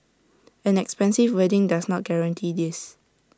an expensive wedding does not guarantee this